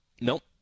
Nope